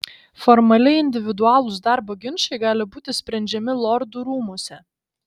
formaliai individualūs darbo ginčai gali būti sprendžiami lordų rūmuose